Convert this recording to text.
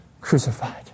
crucified